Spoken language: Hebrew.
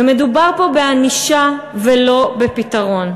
ומדובר פה בענישה, ולא בפתרון.